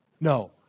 No